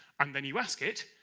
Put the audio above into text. and then you ask it,